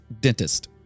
Dentist